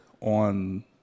on